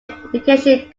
education